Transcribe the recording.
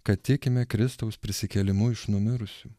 kad tikime kristaus prisikėlimu iš numirusių